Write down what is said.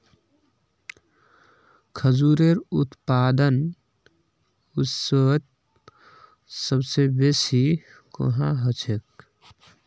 खजूरेर उत्पादन विश्वत सबस बेसी कुहाँ ह छेक